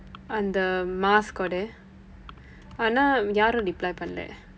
அந்த:andtha mask-oda ஆனா யாரும்:aanaa yaarum reply பண்ணவில்லை:pannavillai